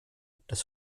das